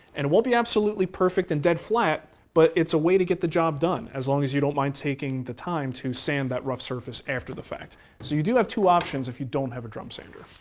and it won't be absolutely perfect and dead flat, but it's a way to get the job done, as long as you don't mind taking the time to sand that rough surface after the fact. so you do have two options if you don't have a drum sander.